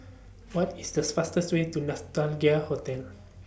What IS This fastest Way to Hotel